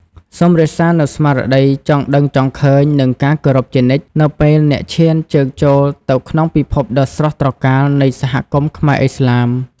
សូមរក្សានូវស្មារតីចង់ដឹងចង់ឃើញ និងការគោរពជានិច្ច នៅពេលអ្នកឈានជើងចូលទៅក្នុងពិភពដ៏ស្រស់ត្រកាលនៃសហគមន៍ខ្មែរឥស្លាម។